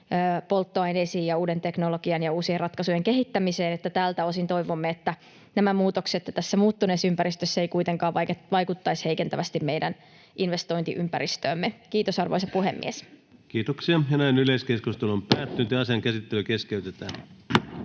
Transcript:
polttoaineisiin ja uuden teknologian ja uusien ratkaisujen kehittämiseen, ja tältä osin toivomme, että nämä muutokset tässä muuttuneessa ympäristössä eivät kuitenkaan vaikuttaisi heikentävästi meidän investointiympäristöömme. — Kiitos, arvoisa puhemies. [Speech 208] Speaker: Ensimmäinen varapuhemies Antti